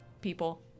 People